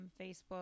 Facebook